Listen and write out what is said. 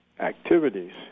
activities